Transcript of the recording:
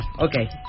Okay